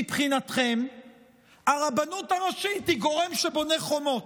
מבחינתכם הרבנות הראשית היא גורם שבונה חומות,